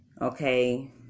okay